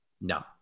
No